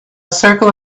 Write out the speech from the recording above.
circle